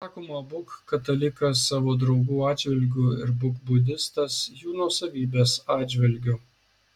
sakoma būk katalikas savo draugų atžvilgių ir būk budistas jų nuosavybės atžvilgiu